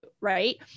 Right